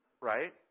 Right